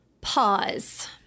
Pause